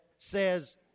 says